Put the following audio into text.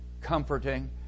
comforting